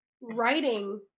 writing